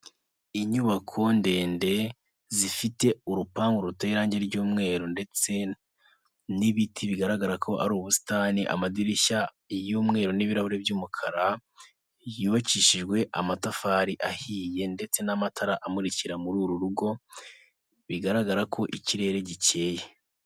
Inyubako ndende zifite urupangu ruteye irangi ry'umweru ndetse n'ibiti bigaragara ko ari ubusitani amadirishyay'umweru n'ibirahuri by'umukara, yubakishijwe amatafari ahiye ndetse n'amatara amurikira muri uru rugo bigaragara ko ikirere gikeye.